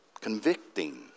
convicting